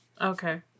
Okay